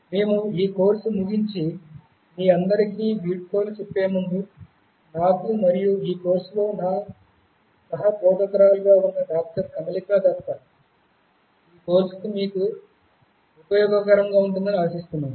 మేము ఈ కోర్సును ముగించి మీ అందరికీ వీడ్కోలు చెప్పే ముందు నాకు మరియు ఈ కోర్సులో నా సహ బోధకురాలిగా ఉన్న డాక్టర్ కమలిక దత్తా ఈ కోర్సు మీకు ఉపయోగకరంగా ఉంటుందని ఆశిస్తున్నాము